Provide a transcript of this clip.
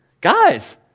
Guys